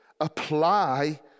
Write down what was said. apply